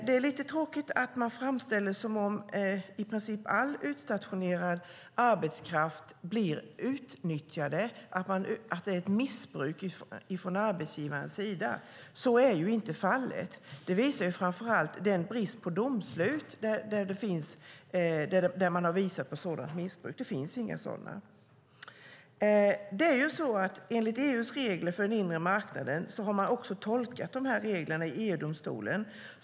Det är lite tråkigt att det framställs som om i princip all utstationerad arbetskraft blir utnyttjad och att det är ett missbruk från arbetsgivarens sida. Så är inte fallet. Det visar framför allt den brist på domslut där sådant missbruk framkommer. Det finns inga sådana domslut. Dessa regler har tolkats enligt EU:s regler för den inre marknaden i EU-domstolen.